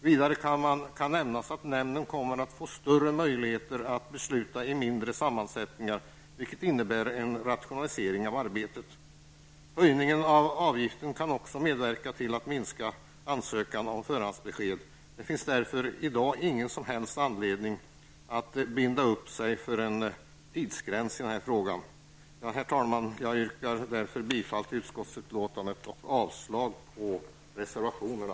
Vidare kan nämnas att nämnden kommer att få större möjligheter att besluta i mindre sammansättningar, vilket innebär en rationalisering av arbetet. Höjningen av avgifterna kan också medverka till att minska ansökningarna om förhandsbesked. Det finns därför i dag ingen som helst anledning att binda upp sig för en viss tidsgräns. Herr talman! Jag yrkar därför bifall till hemställan utskottsbetänkandet och avslag på reservationerna.